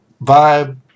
vibe